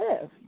live